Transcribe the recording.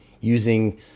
using